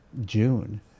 june